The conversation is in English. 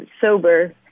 sober